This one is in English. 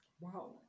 Wow